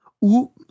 Ou